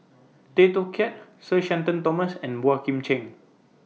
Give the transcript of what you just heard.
Tay Teow Kiat Sir Shenton Thomas and Boey Kim Cheng